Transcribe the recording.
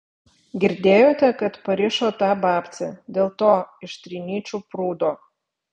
girdėjote kad parišo tą babcę dėl to iš trinyčių prūdo